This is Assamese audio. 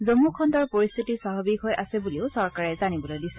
জম্মু খণ্ডৰ পৰিস্থিতি স্বাভাৱিক হৈ আছে বুলিও চৰকাৰে জানিবলৈ দিছে